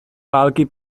války